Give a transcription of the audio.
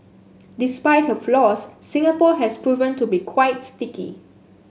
despite her flaws Singapore has proven to be quite sticky